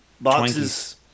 boxes